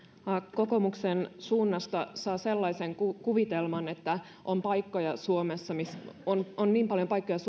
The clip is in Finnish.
kokoomuksen suunnasta saa sellaisen kuvitelman että suomessa on on niin paljon paikkoja